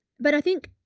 but i think,